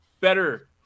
better